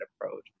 approach